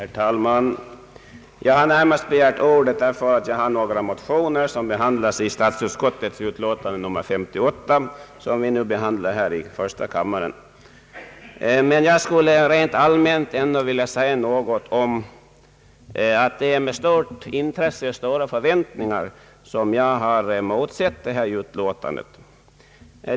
Herr talman! Jag har begärt ordet i första hand därför att jag har väckt några motioner, som tas upp i statsutskottets utlåtande nr 58, vilket vi nu behandlar här i kammaren. Men jag skulle vilja säga att jag också rent allmänt har motsett detta utlåtande med stort intresse och stora förväntningar.